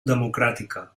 democràtica